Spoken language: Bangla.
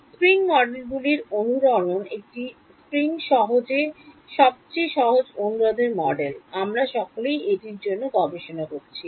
স্প্রিং মডেলগুলির অনুরণন একটি বসন্ত সবচেয়ে সহজ অনুরোধের মডেল আমরা সকলেই এটির জন্য গবেষণা করেছি